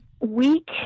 weak